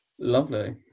lovely